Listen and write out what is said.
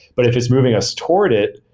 but it is moving us toward it,